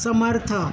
समर्थ